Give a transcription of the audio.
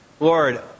Lord